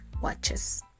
Watches